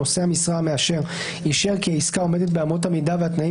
נושא המשרה המאשר) אישר כי העסקה עומדת באמות המידה והתנאים